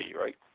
right